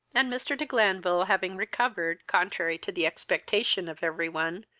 and mr. de glanville, having recovered, contrary to the expectation of every one,